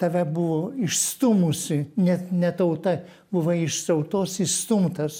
tave buvo išstūmusi net ne tauta buvai iš tautos išstumtas